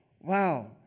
Wow